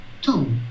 Two